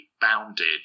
bounded